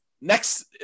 Next